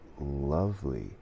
Lovely